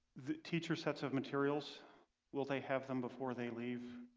the teacher sets of materials will they have them before they leave?